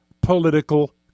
political